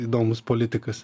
įdomus politikas